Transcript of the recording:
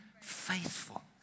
faithful